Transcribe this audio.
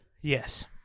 Yes